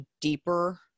deeper